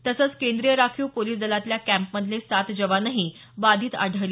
तसंच केंद्रीय राखीव पोलिस दलातच्या कॅम्प मधले सात जवानही बाधित आढळले